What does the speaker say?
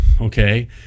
Okay